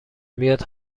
میاد